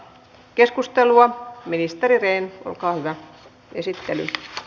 ministeri rehn olkaa hyvä